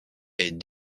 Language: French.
est